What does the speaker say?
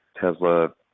tesla